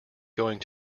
going